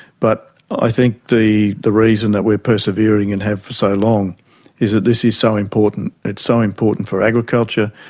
but i think the the reason that we are persevering and have for so long is that this is so important. it's so important for agriculture,